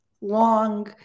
long